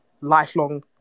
lifelong